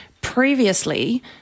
previously